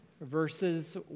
verses